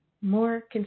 more